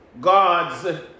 God's